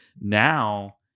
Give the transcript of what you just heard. now